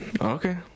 okay